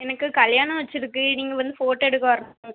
எனக்கு கல்யாணம் வச்சுருக்கு நீங்கள் வந்து ஃபோட்டோ எடுக்க வரணும்